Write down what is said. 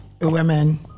Women